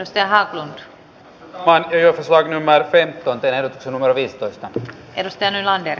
ostajana halunnut hakea vain välben tunteen sanomana viistoista eristä nylander